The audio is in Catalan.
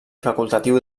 facultatiu